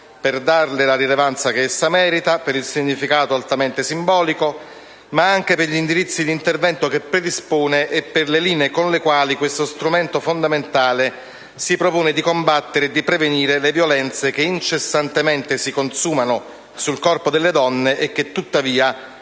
per darle la rilevanza che essa merita, per il significato altamente simbolico, ma anche per gli indirizzi di intervento che predispone e per le linee con le quali questo strumento fondamentale si propone di combattere e di prevenire le violenze che incessantemente si consumano sul corpo delle donne e che tuttavia non sempre